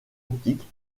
optique